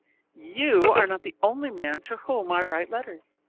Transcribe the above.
you are not the only man to whom i write letters.